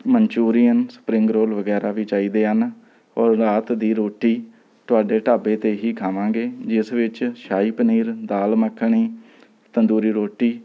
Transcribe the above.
Manchurian spring roll ਵਗੈਰਾ ਵੀ ਚਾਹੀਦੇ ਹਨ ਔਰ ਰਾਤ ਦੀ ਰੋਟੀ ਤੁਹਾਡੇ ਢਾਬੇ 'ਤੇ ਹੀ ਖਾਵਾਂਗੇ ਜਿਸ ਵਿੱਚ ਸ਼ਾਹੀ ਪਨੀਰ ਦਾਲ ਮੱਖਣੀ ਤੰਦੂਰੀ ਰੋਟੀ